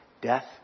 death